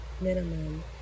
minimum